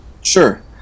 Sure